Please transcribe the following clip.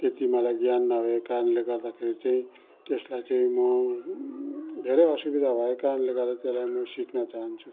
त्यति मलाई ज्ञान नभएको कारणले गर्दाखेरि चाहिँ त्यसलाई चाहिँ म धेरै असुविधा भएको करणले गर्दा त्यसलाई म सिक्न चाहन्छु